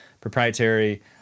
proprietary